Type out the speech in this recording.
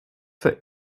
für